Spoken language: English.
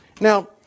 Now